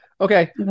Okay